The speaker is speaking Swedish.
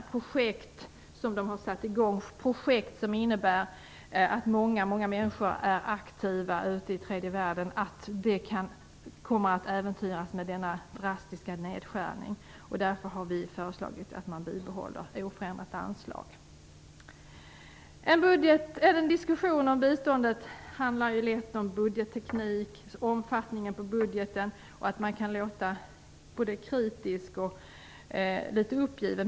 De projekt som dessa organisationer har satt i gång, projekt som innebär att många människor är aktiva ute i tredje världen, kan komma att äventyras med denna drastiska nedskärning. Därför har vi föreslagit att man bibehåller oförändrat anslag. En diskussion om biståndet handlar lätt om budgetteknik och budgetens omfattning. Man kan låta både kritisk och litet uppgiven.